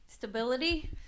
stability